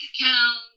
account